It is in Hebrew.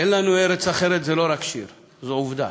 "אין לנו ארץ אחרת" זה לא רק שיר, זו עובדה.